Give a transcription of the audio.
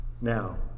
Now